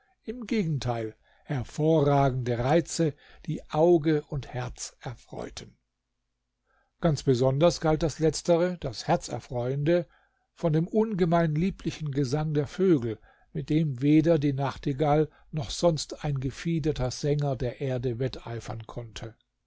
im gegenteil hervorragende reize die auge und herz erfreuten ganz besonders galt das letztere das herzerfreuende von dem ungemein lieblichen gesang der vögel mit dem weder die nachtigall noch sonst ein gefiederter sänger der erde wetteifern konnte